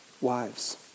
wives